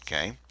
okay